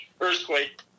earthquake